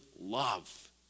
love